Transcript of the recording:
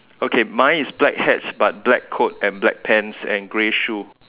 okay mine is black hats but black coat and black pants and grey shoe